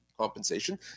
compensation